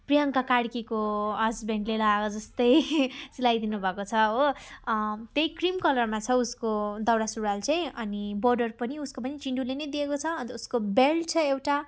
प्रियङ्का कार्कीको हज्बेन्डले लाएको जस्तै सिलाइदिनु भएको छ हो त्यही क्रिम कलरमा छ उसको दौरा सुरुवाल चाहिँ अनि बोर्डर पनि उसको पनि चिन्डुले नै दिएको छ अन्त उसको बेल्ट छ एउटा